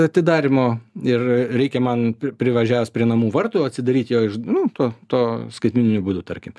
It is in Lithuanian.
atidarymo ir reikia man privažiavus prie namų vartų atsidaryt jo iš nu to to skaitmeniniu būdu tarkim